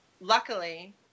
luckily